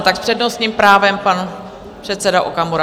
S přednostním právem pan předseda Okamura.